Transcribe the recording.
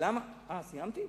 סיימתי?